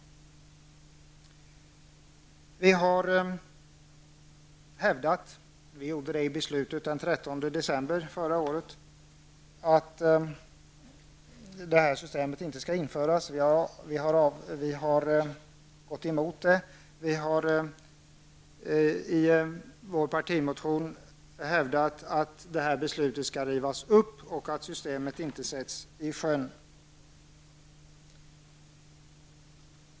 Vi anser, och det gjorde vi också när beslutet fattades den 13 december förra året, att detta system inte skall införas.